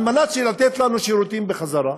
על מנת לתת לנו שירותים בחזרה.